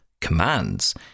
commands